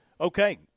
Okay